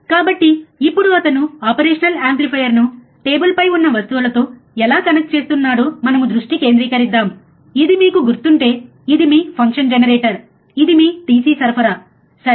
కాబట్టి ఇప్పుడు అతను ఆపరేషనల్ యాంప్లిఫైయర్ను టేబుల్పై ఉన్న వస్తువులతో ఎలా కనెక్ట్ చేస్తున్నాడో మనము దృష్టి కేంద్రీకరిద్దాము ఇది మీకు గుర్తుంటే ఇది మీ ఫంక్షన్ జనరేటర్ ఇది మీ DC సరఫరాసరే